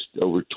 over